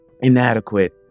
inadequate